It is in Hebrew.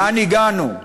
לאן הגענו?